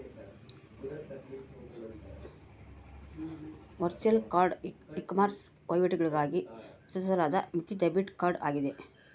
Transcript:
virtual card ecommerce ವಹಿವಾಟುಗಳಿಗಾಗಿ ರಚಿಸಲಾದ ಮಿತಿ ಡೆಬಿಟ್ ಕಾರ್ಡ್ ಆಗಿದೆ